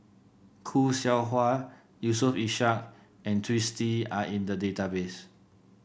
Khoo Seow Hwa Yusof Ishak and Twisstii are in the database